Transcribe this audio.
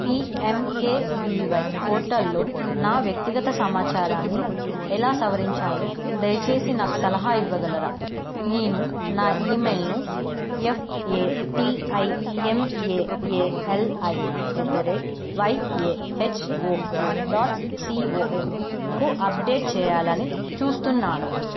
PMKVY పోర్టల్లో నా వ్యక్తిగత సమాచారాన్ని ఎలా సవరించాలో దయచేసి నాకు సలహా ఇవ్వగలరా నేను నా ఇమెయిల్ను F A T I M A A L I at the rate Y A H O O dot C O ఎమ్కు అప్డేట్ చేయాలు అని చూస్తున్నాను